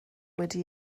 wedi